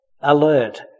alert